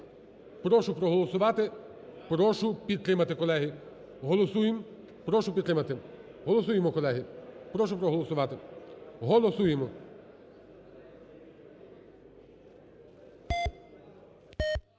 Прошу проголосувати, прошу підтримати, колеги. Голосуємо, прошу підтримати. Голосуємо, колеги. Прошу проголосувати, голосуємо.